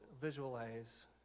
visualize